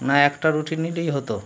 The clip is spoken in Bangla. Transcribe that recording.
না একটা রুটি নিলেই হতো